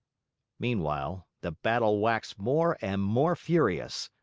meanwhile, the battle waxed more and more furious.